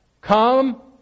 Come